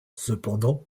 cependant